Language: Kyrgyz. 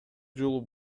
жолу